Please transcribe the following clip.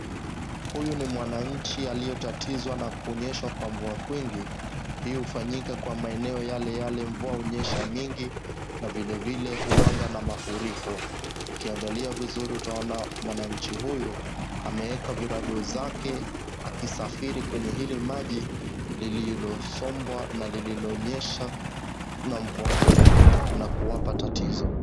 Huyu ni mwananchi aliyetatizwa na kunyeshwa kwa mvua kwingi. Hii hufanyika kwa maeneo yale yale mvua hunyesha mingi na vile vile huwanga na mafuriko. Ukiangalia vizuri utaona mwananchi huyu ameeeka virago zake akisafiri kwenye hili maji lililosombwa na lililonyesha na mvua kubwa na kuwapa tatizo.